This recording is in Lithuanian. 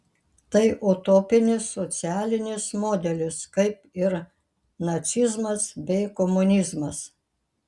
tai utopinis socialinis modelis kaip ir nacizmas bei komunizmas